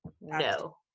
No